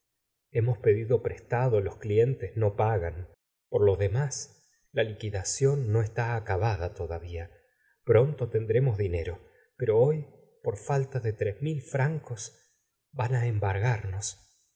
hemos pedido prestado los clientes no pagan por lo demás la liquidación no está acabada todavía pronto tend cemos dinero pero hoy por falta de tres mil francos van á embargamos